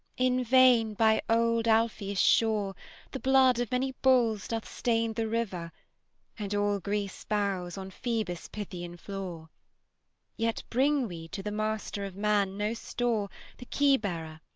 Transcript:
in vain, by old alpheus' shore the blood of many bulls doth stain the river and all greece bows on phoebus' pythian floor yet bring we to the master of man no store the keybearer,